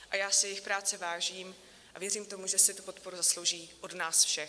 A já si jejich práce vážím a věřím tomu, že si tu podporu zaslouží od nás všech.